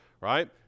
right